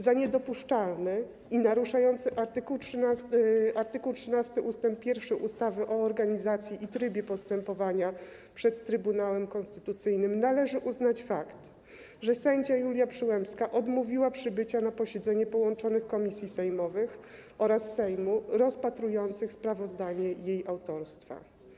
Za niedopuszczalny i naruszający art. 13 ust. 1 ustawy o organizacji i trybie postępowania przed Trybunałem Konstytucyjnym należy uznać fakt, że sędzia Julia Przyłębska odmówiła przybycia na posiedzenie połączonych komisji sejmowych oraz Sejmu rozpatrujących sprawozdanie jej autorstwa.